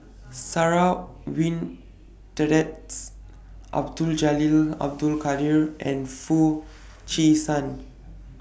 Sarah Abdul Jalil Abdul Kadir and Foo Chee San